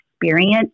experience